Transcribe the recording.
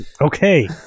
Okay